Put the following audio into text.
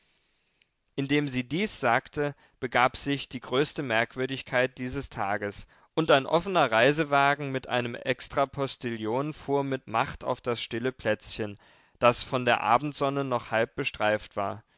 indem sie dies sagte begab sich die größte merkwürdigkeit dieses tages und ein offener reisewagen mit einem extrapostillion fuhr mit macht auf das stille plätzchen das von der abendsonne noch halb bestreift war